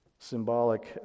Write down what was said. symbolic